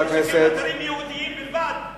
מקצה 400 מיליון כדי